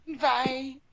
Bye